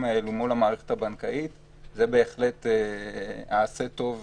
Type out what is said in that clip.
האלה מול המערכת הבנקאית זה בהחלט ה "עשה טוב",